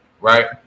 Right